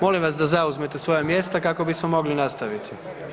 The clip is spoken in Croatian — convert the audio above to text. Molim vas da zauzmete svoja mjesta kako bismo mogli nastaviti.